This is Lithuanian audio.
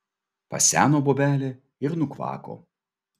paseno bobelė ir nukvako